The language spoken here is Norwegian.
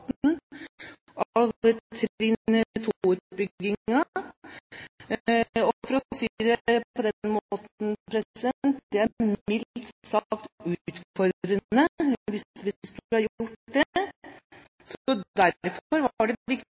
og for å si det på den måten: Det er mildt sagt utfordrende hvis vi skulle gjort